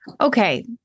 okay